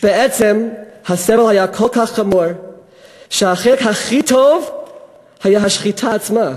בעצם הסבל היה כל כך חמור שהחלק הכי טוב היה השחיטה עצמה,